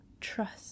trust